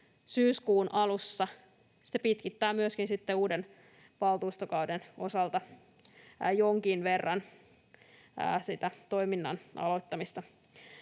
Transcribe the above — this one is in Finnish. syyskuun alussa, se pitkittää myöskin sitten uuden valtuustokauden osalta jonkin verran sitä toiminnan aloittamista.